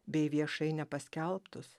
bei viešai nepaskelbtus